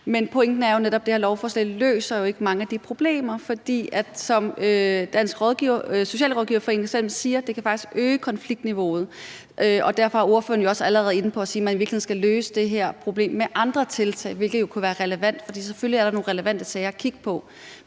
er jo netop, at det her lovforslag ikke løser mange af de problemer, for som Dansk Socialrådgiverforening selv siger, kan det faktisk øge konfliktniveauet. Og derfor er ordføreren jo også allerede inde på at sige, at man i virkeligheden skal løse det her problem med andre tiltag, hvilket jo kunne være relevant, for selvfølgelig er der nogle relevante sager at kigge på.